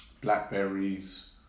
blackberries